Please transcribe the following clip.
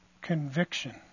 Conviction